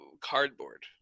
cardboard